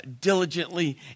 diligently